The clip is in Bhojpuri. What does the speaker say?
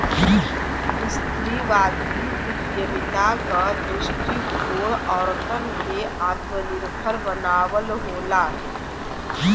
स्त्रीवादी उद्यमिता क दृष्टिकोण औरतन के आत्मनिर्भर बनावल होला